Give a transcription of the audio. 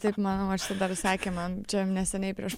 taip mano močiutė dar sakė man čia neseniai prieš